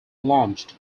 launched